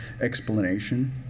explanation